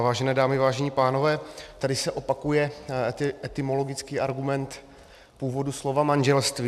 Vážené dámy, vážení pánové, tady se opakuje etymologický argument původu slova manželství.